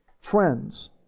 Friends